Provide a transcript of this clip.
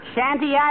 Shanty